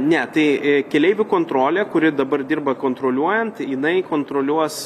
ne tai keleivių kontrolė kuri dabar dirba kontroliuojant jinai kontroliuos